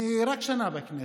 אני רק שנה בכנסת,